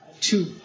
two